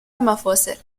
مفاصل